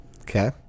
okay